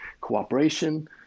cooperation